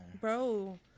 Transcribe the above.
Bro